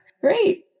great